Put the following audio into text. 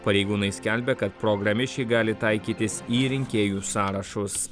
pareigūnai skelbia kad programišiai gali taikytis į rinkėjų sąrašus